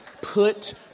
put